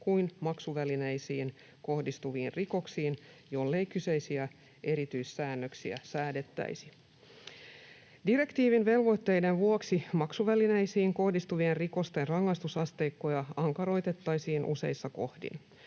kuin maksuvälineisiin kohdistuviin rikoksiin, jollei kyseisiä erityissäännöksiä säädettäisi. Direktiivin velvoitteiden vuoksi maksuvälineisiin kohdistuvien rikosten rangaistusasteikkoja ankaroitettaisiin useissa kohdin.